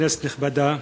כנסת נכבדה,